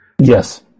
yes